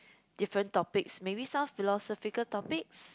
different topics maybe some philosophical topics